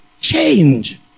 change